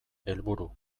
helburu